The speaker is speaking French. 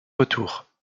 retour